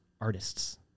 artists